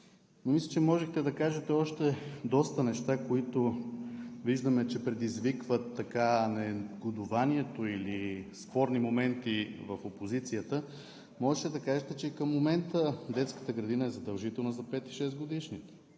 Мисля, че можехте да кажете още доста неща, които виждаме, че предизвикват негодуванието или спорни моменти в опозицията. Можеше да кажете, че и към момента детската градина е задължителна за пет- и шестгодишните.